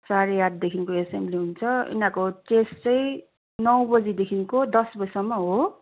साढे आठदेखिको एसेम्ब्ली हुन्छ यिनीहरूको टेस्ट चाहिँ नौ बजीदेखिको दस बजीसम्म हो